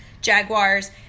jaguars